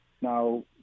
Now